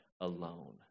alone